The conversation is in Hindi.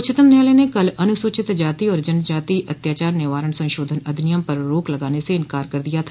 उच्चतम न्यायालय ने कल अनुसूचित जाति और जनजाति अत्याचार निवारण संशोधन अधिनियम पर रोक लगाने से इंकार कर दिया था